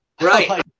right